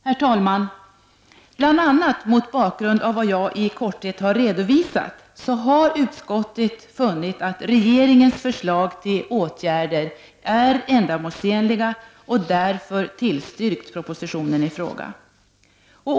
Herr talman! Bl.a. mot bakgrund av vad jag i korthet har redovisat har utskottet funnit att regeringens förslag till åtgärder är ändamålsenliga och därför tillstyrkt propositionen i fråga.